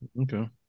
Okay